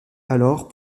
alors